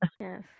Yes